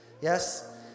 Yes